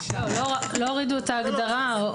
לא הורידו את ההגדרה.